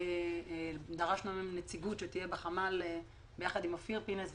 דרשנו נציגות שתהיה בחמ"ל יחד עם אופיר פינס,